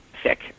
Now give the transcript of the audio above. sick